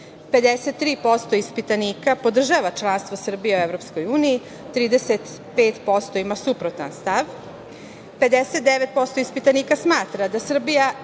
53% ispitanika podržava članstvom Srbije u EU, 35% ima suprotan stav, 59% ispitanika smatra da Srbija